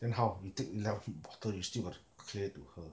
then how you take eleven bottle you still got clear to her